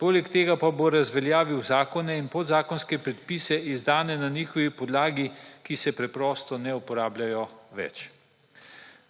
poleg tega pa bo razveljavil zakone in podzakonske predpise izdane na njihovi podlagi, ki se preprosto ne uporabljajo več.